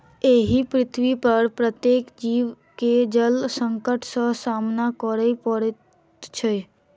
एहि पृथ्वीपर प्रत्येक जीव के जल संकट सॅ सामना करय पड़ैत छै